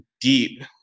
deep